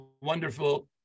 wonderful